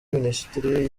minisiteri